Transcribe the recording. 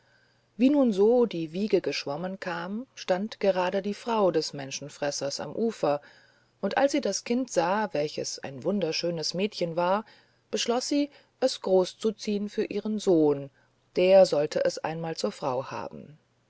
wie nun so die wiege geschwommen kam stand gerade die frau des menschenfressers am ufer und als sie das kind sah welches ein wunderschönes mädchen war beschloß sie es groß zu ziehen für ihren sohn der sollte es einmal zur frau haben